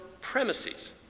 premises